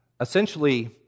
essentially